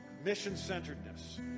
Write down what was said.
mission-centeredness